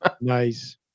Nice